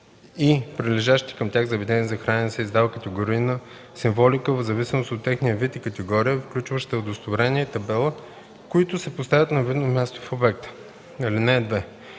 и прилежащите към тях заведения за хранене се издава категорийна символика в зависимост от техния вид и категория, включваща удостоверение и табела, които се поставят на видно място в обекта.